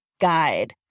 guide